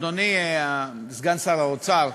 אדוני סגן שר האוצר,